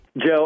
Joe